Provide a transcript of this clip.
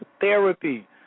therapy